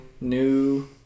new